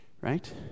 right